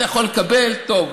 אתה יכול לקבל, טוב.